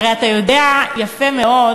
הרי אתה יודע יפה מאוד,